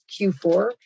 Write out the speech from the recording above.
Q4